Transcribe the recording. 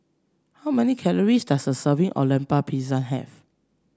how many calories does a serving of Lemper Pisang have